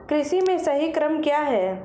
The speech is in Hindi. कृषि में सही क्रम क्या है?